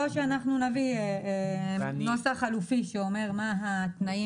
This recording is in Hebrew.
או שאנחנו נביא נוסח חלופי שאומר מה התנאים.